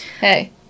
Hey